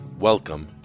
Welcome